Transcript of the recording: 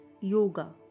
Yoga